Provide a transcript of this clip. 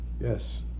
Yes